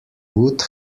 would